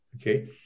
Okay